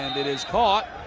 and it is caught,